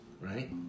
right